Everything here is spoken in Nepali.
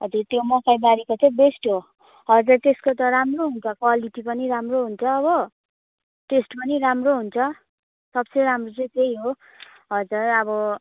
हजुर मकैबारीको चाहिँ बेस्ट हो हजुर त्यसको त राम्रो छुन्छ क्वालिटी पनि राम्रो हुन्छ हो टेस्ट पनि राम्रो हुन्छ सब से राम्रो चाहिँ त्यही हो हजुर अब